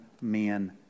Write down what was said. men